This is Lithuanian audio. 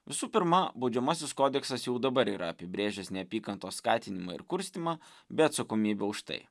visų pirma baudžiamasis kodeksas jau dabar yra apibrėžęs neapykantos skatinimą ir kurstymą bei atsakomybę už tai